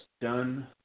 done